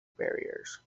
barriers